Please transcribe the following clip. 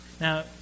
Now